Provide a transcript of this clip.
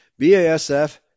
BASF